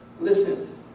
Listen